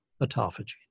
autophagy